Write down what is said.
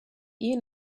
you